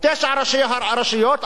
תשעה ראשי רשויות,